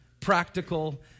practical